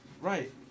Right